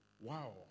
wow